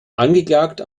angeklagt